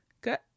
Good